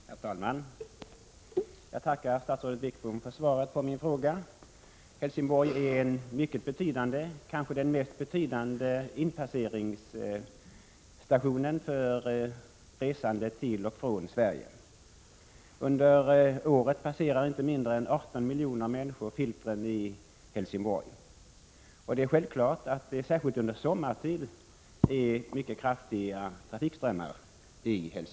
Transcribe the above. Herr talman! Jag tackar statsrådet Wickbom för svaret på min fråga. Helsingborg är en mycket betydande, kanske den mest betydande, inpasseringsstation för resande till och från Sverige. Under året passerar inte mindre än 18 miljoner människor filtren i Helsingborg. Särskilt under sommartid är det mycket kraftiga trafikströmmar här.